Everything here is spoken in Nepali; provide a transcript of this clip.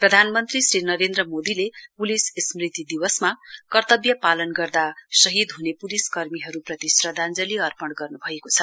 प्रधानमन्त्री श्री नरेन्द्र मोदीले प्लिस स्मृति दिवसमा कर्तव्यपालन गर्दा शहीद हुने प्लिस कर्मीहरूप्रति श्रद्धाञ्जली अर्पण गर्न्भएको छ